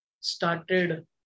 started